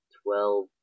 twelve